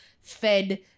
fed